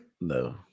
No